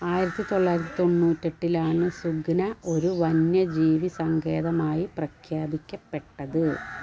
ആയിരത്തി തൊള്ളായിരത്തി തൊണ്ണൂറ്റിഎട്ടിലാണ് സുഖ്ന ഒരു വന്യജീവിസങ്കേതമായി പ്രഖ്യാപിക്കപ്പെട്ടത്